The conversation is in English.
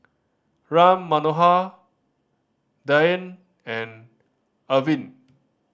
Ram Manohar Dhyan and Arvind